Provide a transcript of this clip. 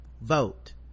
vote